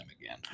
again